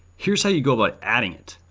here s how you go about adding it.